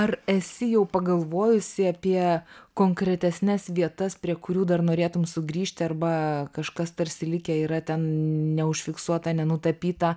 ar esi jau pagalvojusi apie konkretesnes vietas prie kurių dar norėtum sugrįžti arba kažkas tarsi likę yra ten neužfiksuota nenutapyta